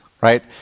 right